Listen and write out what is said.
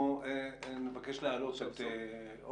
אנחנו נבקש להעלות את אור,